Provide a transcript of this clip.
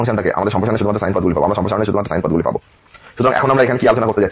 সুতরাং যদি আমাদের বিজোড় ফাংশন থাকে আমরা সম্প্রসারণে শুধুমাত্র সাইন পদগুলি পাব